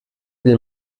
will